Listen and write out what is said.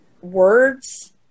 words